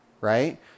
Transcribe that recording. right